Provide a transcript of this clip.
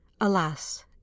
alas